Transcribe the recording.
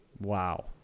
wow